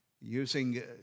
using